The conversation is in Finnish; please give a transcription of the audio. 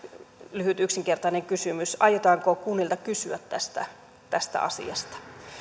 lyhyt yksinkertainen kysymys aiotaanko kunnilta kysyä tästä tästä asiasta